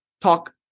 talk